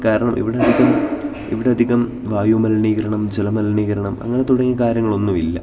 കാരണം ഇവിടെയധികം ഇവിടെയധികം വായുമലിനീകരണം ജലമലിനീകരണം അങ്ങനെ തുടങ്ങിയ കാര്യങ്ങളൊന്നും ഇല്ല